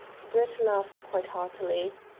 brett laughed quite heartily.